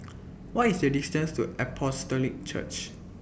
What IS The distance to Apostolic Church